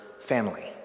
family